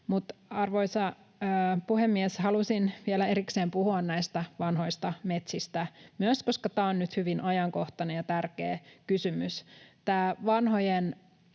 Arvoisa puhemies! Halusin vielä erikseen puhua näistä vanhoista metsistä myös sen takia, että tämä on nyt hyvin ajankohtainen ja tärkeä kysymys.